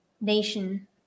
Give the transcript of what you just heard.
nation